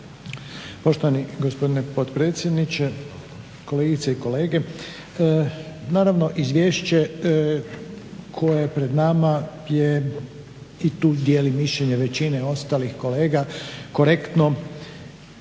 Poštovani gospodine potpredsjedniče, kolegice i kolege. Naravno izvješće koje je pred nama je i tu dijelim mišljenje većine ostalih kolega korektno.